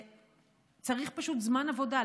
צריך פשוט זמן עבודה,